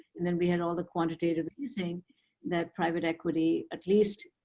and then we had all the quantitative easing that private equity at least